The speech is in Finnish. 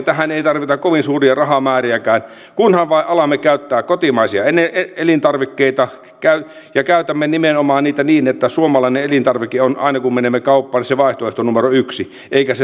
tähän ei tarvita kovin suuria rahamääriäkään kunhan vain alamme käyttää kotimaisia elintarvikkeita ja käytämme niitä nimenomaan niin että suomalainen elintarvike on aina kun menemme kauppaan se vaihtoehto numero yksi eikä se tuontielintarvike